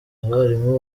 abarimu